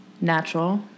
natural